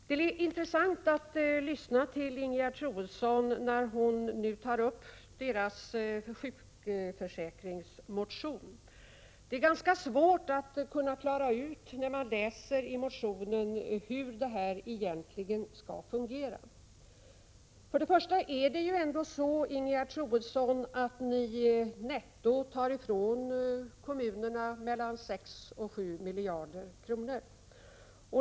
Det är intressant att lyssna till Ingegerd Troedsson när hon talar om moderaternas sjukförsäkringsmotion. När man läser motionen är det ganska svårt att klara ut hur det hela egentligen skall fungera. Det är ändå så, Ingegerd Troedsson, att ni netto tar ifrån kommunerna mellan 6 och 7 miljarder kronor.